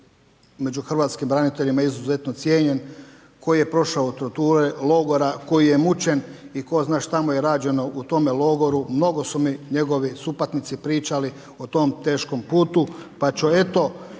među hrvatskim braniteljima izuzetno cijenjen, koji je prošao torture logora, koji je mučen i tko zna šta mu je rađeno u tome logoru. Mnogo su mi njegovi supatnici pričali o tom teškom putu pa ću eto